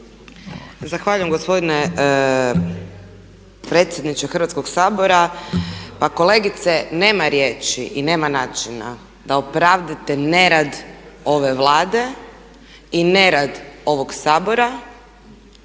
Zahvaljujem gospodine predsjedniče Hrvatskog sabora. Pa kolegice, nema riječi i nema načina da opravdate nerad ove Vlade i nerad ovog Sabora